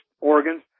organs